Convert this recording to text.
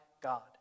God